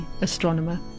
astronomer